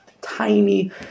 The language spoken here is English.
tiny